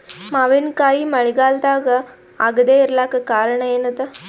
ಮಾವಿನಕಾಯಿ ಮಳಿಗಾಲದಾಗ ಆಗದೆ ಇರಲಾಕ ಕಾರಣ ಏನದ?